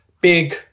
big